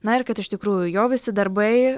na ir kad iš tikrųjų jo visi darbai